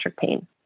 pain